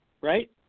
right